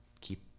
keep